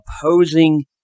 Opposing